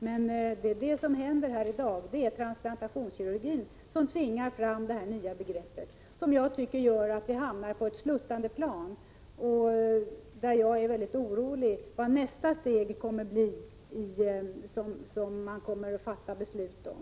Men det som händer i dag är att transplantationskirurgin tvingar fram ett nytt begrepp — och jag tycker att vi därigenom hamnar på ett sluttande plan och är mycket orolig för vad nästa beslut kommer att innebära.